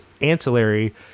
Ancillary